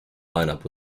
lineup